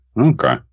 Okay